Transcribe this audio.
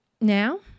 now